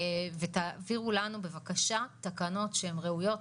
ותעבירו לנו בבקשה תקנות שהן ראויות,